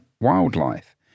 wildlife